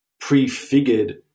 prefigured